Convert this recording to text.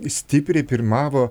stipriai pirmavo